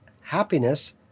happiness